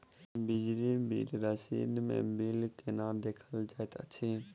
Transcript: बिजली बिल रसीद मे बिल केना देखल जाइत अछि?